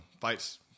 fights